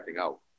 out